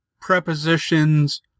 prepositions